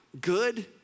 good